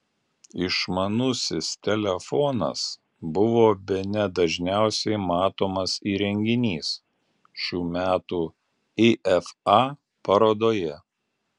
išmanusis telefonas buvo bene dažniausiai matomas įrenginys šių metų ifa parodoje